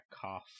cough